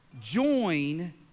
join